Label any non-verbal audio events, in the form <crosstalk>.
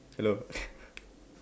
hello <laughs>